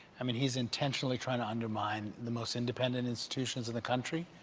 i mean, he's intentionally trying to undermine the most independent institutions in the country,